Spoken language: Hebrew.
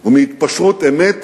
ומהתפשרות אמת